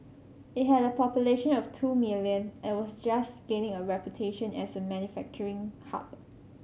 it had a population of two million and was just gaining a reputation as a manufacturing hub